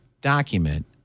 document